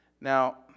Now